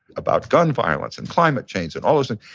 about gun violence and climate change and all those and